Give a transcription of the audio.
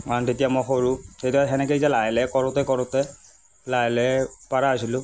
কাৰণ তেতিয়া মই সৰু তেতিয়া সেনেকৈয়ে এতিয়া লাহে লাহে কৰোতে কৰোতে লাহে লাহে পৰা হৈছিলোঁ